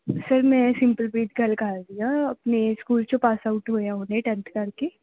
sir ਮੈਂ ਸਿੰਪਲਪ੍ਰੀਤ ਗੱਲ ਕਰ ਰਹੀ ਹਾਂ ਆਪਣੇ ਸਕੂਲ 'ਚੋਂ ਪਾਸ ਆਊਟ ਹੋਏ ਹਨ ਹੁਣੇ ਟੈਂਨਥ ਕਰਕੇ